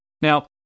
now